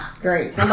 great